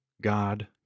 God